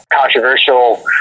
controversial